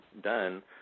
done